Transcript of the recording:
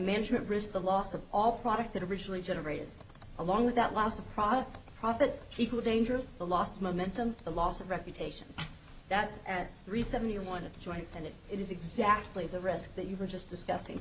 management risk the loss of all product that originally generated along with that loss of product profit equal dangerous the lost momentum the loss of reputation that's at three seventy or one of the joints and it is exactly the risk that you were just discussing